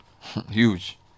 huge